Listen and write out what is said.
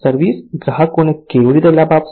service ગ્રાહકોને કેવી રીતે લાભ આપશે